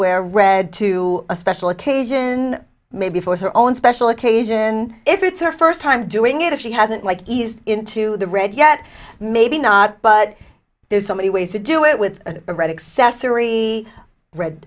wear red to a special occasion maybe for her own special occasion if it's her first time doing it if she hasn't like eased into the red yet maybe not but there's so many ways to do it with a red excess or e red